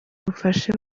bufasha